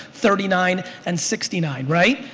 thirty nine and sixty nine, right?